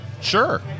Sure